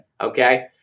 Okay